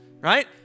right